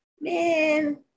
man